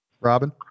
Robin